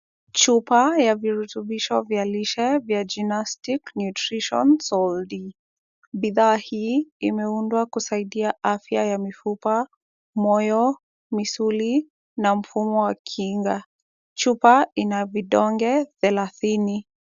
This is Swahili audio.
Chupa ya virutubisho vya lishe vya Ginnastic Nutrition Sol-D. Bidhaa hii imeundwa kusaidia afya ya mifupa, moyo, misuli na mfumo wa kinga. Chupa ina vidonge thelathini.